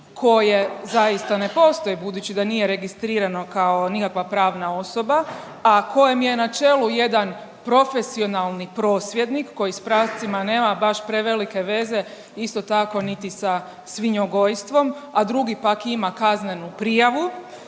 koje zaista ne postoji, budući da nije registrirano kao nikakva pravna osoba, a kojem je na čelu jedan profesionalni prosvjednik koji s prascima nema baš prevelike veze, isto tako niti sa svinjogojstvom, a drugi pak ima kaznenu prijavu,